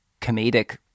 comedic